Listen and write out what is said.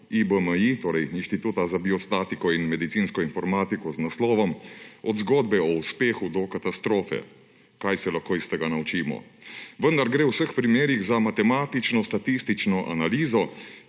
IBMI, torej Inštituta za biostatiko in medicinsko informatiko, z naslovom Od zgodbe o uspehu do katastrofe: kaj se lahko iz tega naučimo, vendar gre v vseh primerih za matematično statistično analizo,